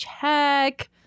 Check